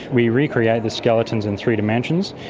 we recreate the skeletons in three dimensions,